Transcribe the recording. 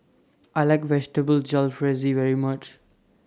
I like Vegetable Jalfrezi very much